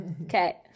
okay